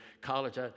college